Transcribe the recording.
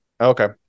Okay